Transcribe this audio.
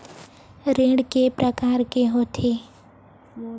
ऋण के प्रकार के होथे?